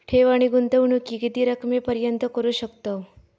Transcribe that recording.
ठेव आणि गुंतवणूकी किती रकमेपर्यंत करू शकतव?